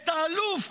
את האלוף